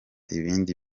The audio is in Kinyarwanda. ibindi